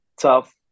tough